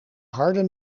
harde